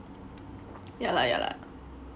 ya lah ya lah